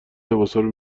لباسارو